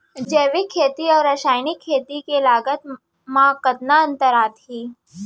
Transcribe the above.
जैविक खेती अऊ रसायनिक खेती के लागत मा कतना अंतर आथे?